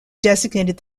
designated